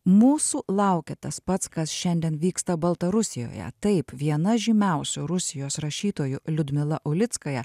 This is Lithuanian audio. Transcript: mūsų laukia tas pats kas šiandien vyksta baltarusijoje taip viena žymiausių rusijos rašytojų liudmila ulickaja